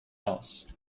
else